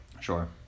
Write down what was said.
Sure